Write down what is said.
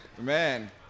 Man